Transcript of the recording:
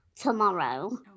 tomorrow